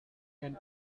and